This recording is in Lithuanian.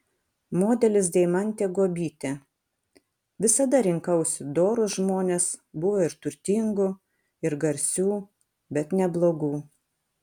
modelis deimantė guobytė visada rinkausi dorus žmones buvo ir turtingų ir garsių bet ne blogų